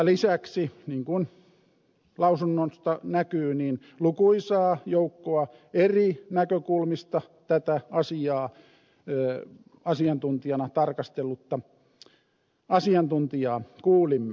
lisäksi niin kuin lausunnosta näkyy lukuisaa joukkoa eri näkökulmista tätä asiaa asiantuntijana tarkastellutta asiantuntijaa kuulimme